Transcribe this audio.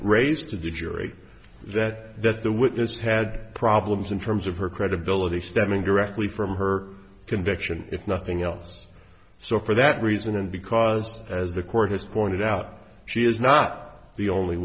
raised to the jury that that the witness had problems in terms of her credibility stemming directly from her conviction if nothing else so for that reason and because as the court has pointed out she is not the only